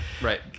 right